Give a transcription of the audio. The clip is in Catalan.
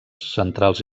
centrals